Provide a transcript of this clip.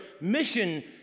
mission